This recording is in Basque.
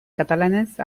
katalanez